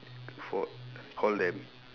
for what call them